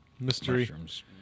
Mushrooms